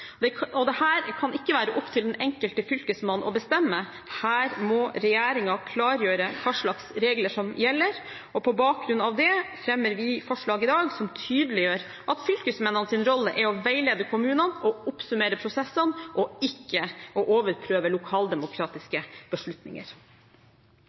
kan ikke være opp til den enkelte fylkesmann å bestemme, her må regjeringen klargjøre hvilke regler som gjelder. På bakgrunn av det fremmer vi forslag i dag som tydeliggjør at fylkesmennenes rolle er å veilede kommunene og oppsummere prosessene, og ikke å overprøve